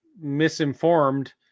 misinformed